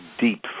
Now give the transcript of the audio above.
deep